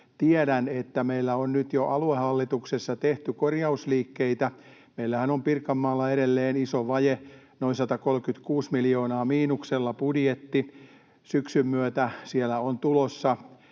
tiedän, että meillä on jo nyt aluehallituksessa tehty korjausliikkeitä. Meillähän on Pirkanmaalla edelleen iso vaje, budjetti noin 136 miljoonaa miinuksella. Syksyn myötä siellä on tulossa